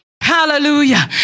Hallelujah